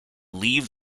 leave